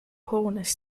hoones